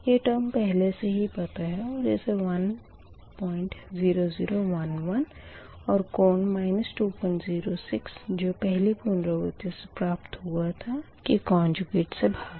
यह टर्म पहले से ही पता है और इसे 10011और कोण 206 जो पहली पुनरावर्ती से प्राप्त हुआ था के कोंजूगेट से भाग दें